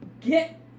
get